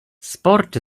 sport